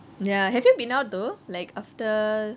ya have you been out though like after